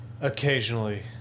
occasionally